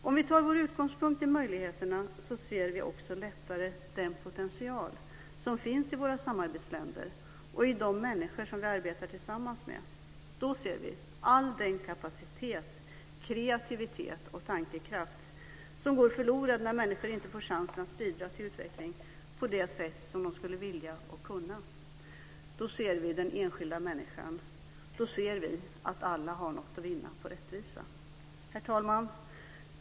Om vi tar vår utgångspunkt i möjligheterna ser vi också lättare den potential som finns i våra samarbetsländer och i de människor som vi arbetar tillsammans med. Då ser vi all den kapacitet, kreativitet och tankekraft som går förlorad när människor inte får chansen att bidra till utveckling på det sätt som de skulle vilja och kunna. Då ser vi den enskilda människan. Då ser vi att alla har något att vinna på rättvisa. Herr talman!